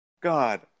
god